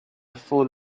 fool